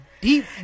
deep